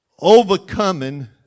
Overcoming